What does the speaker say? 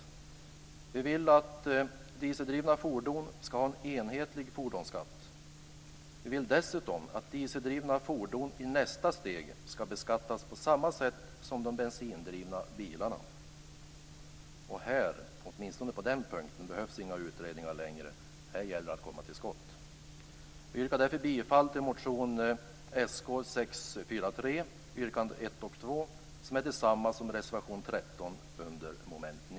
Vi vill att dieseldrivna fordon skall ha en enhetlig fordonsskatt. Vi vill dessutom att dieseldrivna fordon i nästa steg skall beskattas på samma sätt som de bensindrivna bilarna. Och här, åtminstone på den punkten, behövs inga utredningar längre. Här gäller det att komma till skott! Vi yrkar därför bifall till motion Sk643, yrkande 1